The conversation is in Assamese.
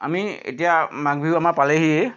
আমি এতিয়া মাঘ বিহু আমাৰ পালেহিয়েই